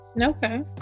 Okay